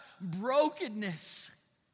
brokenness